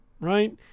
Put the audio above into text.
right